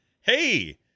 hey